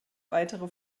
weitere